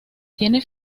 tiene